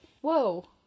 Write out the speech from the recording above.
whoa